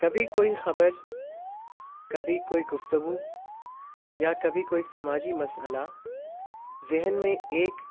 کبھی کوئی خبر کبھی کوئی گفتگو یا کبھی کوئی سماجی مسئلہ ذہن میں ایک